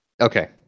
okay